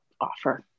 offer